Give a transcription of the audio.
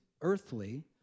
earthly